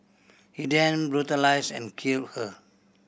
he then brutalised and killed her